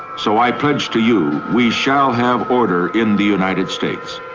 so i pledge to you, we shall have order in the united states.